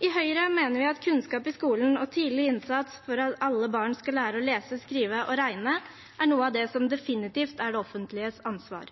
I Høyre mener vi at kunnskap i skolen og tidlig innsats for at alle barn skal lære å lese, skrive og regne, er noe av det som definitivt er det offentliges ansvar.